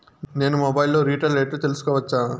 నేను మొబైల్ లో రీటైల్ రేట్లు తెలుసుకోవచ్చా?